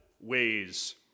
ways